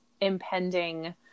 impending